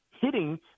hitting